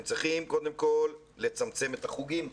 הם צריכים קודם כל לצמצם את החוגים.